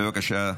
בבקשה.